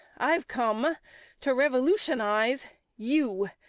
i've come to revolutionise you.